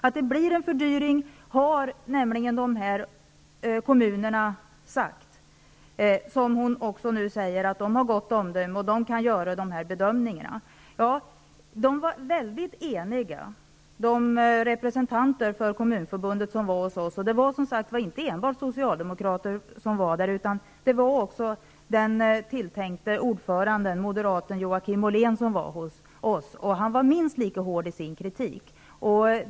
Att det blir en fördyring har nämligen de berörda kommunerna sagt. Beatrice Ask säger nu också att dessa kommuner har ett gott omdöme och kan göra bedömningar. De representanter för Kommunförbundet som var hos oss var eniga. Det var inte enbart socialdemokrater, utan även den tilltänkte ordföranden, moderaten Joakim Ollén, var där. Han var minst lika hård i sin kritik.